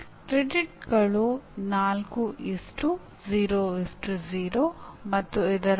ವಿವರಣಾ ಶಾಸ್ತ್ರ ಎ ಕಾರಣವು ಬಿ ಪರಿಣಾಮಕ್ಕೆ ಕಾರಣವಾಗುತ್ತದೆ ಎಂದು ಬಿಂಬಿಸುತ್ತದೆ